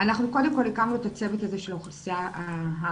אנחנו קודם כל הקמנו את הצוות הזה של האוכלוסייה הערבית.